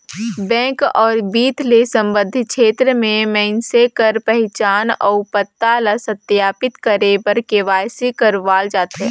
bank अउ बित्त ले संबंधित छेत्र में मइनसे कर पहिचान अउ पता ल सत्यापित करे बर के.वाई.सी करवाल जाथे